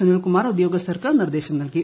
സുനിൽകുമാർ ഉദ്യോഗസ്ഥർക്ക് നിർദ്ദേശം നൽകി